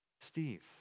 Steve